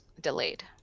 delayed